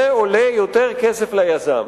זה עולה יותר כסף ליזם